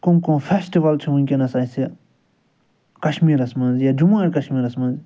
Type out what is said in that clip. کٕم کٕم فیٚسٹِول چھِ وُنٛکیٚس اسہِ کَشمیٖرَس مَنٛز یا جموں اینٛڈ کشمیٖرَس مَنٛز